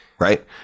Right